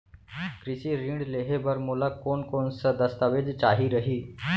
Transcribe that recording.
कृषि ऋण लेहे बर मोला कोन कोन स दस्तावेज चाही रही?